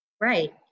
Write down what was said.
right